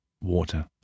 Water